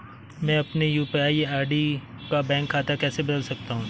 मैं अपने यू.पी.आई का बैंक खाता कैसे बदल सकता हूँ?